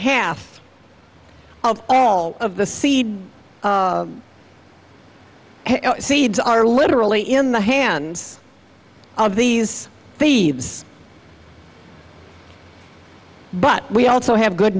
half of all of the seed seeds are literally in the hands of these thieves but we also have good